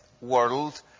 world